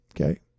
okay